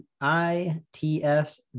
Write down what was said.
I-T-S